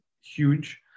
huge